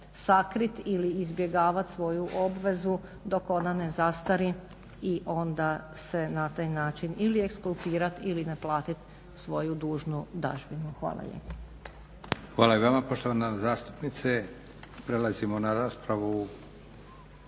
sakriti ili izbjegavati svoju obvezu dok ona ne zastari i onda se na taj način ili eskulpirati ili ne platiti svoju dužnu dažbinu. Hvala